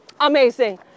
amazing